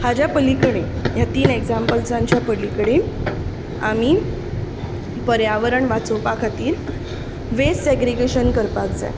हाज्या पलिकडे ह्या तीन इग्जैम्पलसांच्या पली कडेन आमी पर्यावरण वाचोवपा खातीर वेस्ट सेग्रिगेशन करपाक जाय